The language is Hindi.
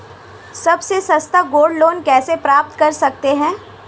सबसे सस्ता गोल्ड लोंन कैसे प्राप्त कर सकते हैं?